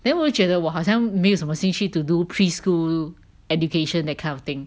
then 我觉得我好像没有什么兴趣 to do preschool education that kind of thing